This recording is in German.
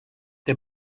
der